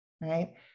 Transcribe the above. right